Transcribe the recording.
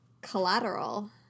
collateral